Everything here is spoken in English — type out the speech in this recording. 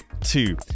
two